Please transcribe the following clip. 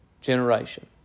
generation